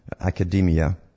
academia